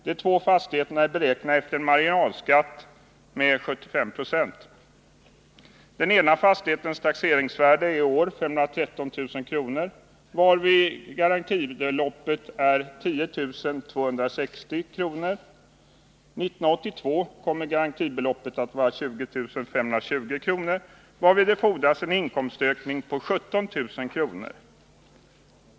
Beräkningen är gjord för en marginalskatt på 75 96. loppet är 10 260 kr. 1982 kommer garantibeloppet att vara 20 520 kr., varvid det fordras en inkomstökning på 17000 kr.